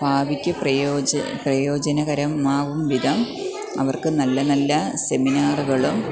ഭാവിക്ക് പ്രയോജ പ്രയോജനകരമാകും വിധം അവർക്കു നല്ല നല്ല സെമിനാറുകളും